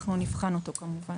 אנחנו כמובן נבחו אותו.